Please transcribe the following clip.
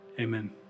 amen